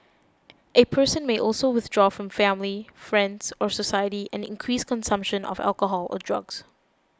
a person may also withdraw from family friends or society and increase consumption of alcohol or drugs